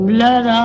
Blood